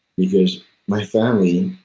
because my family,